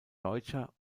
deutscher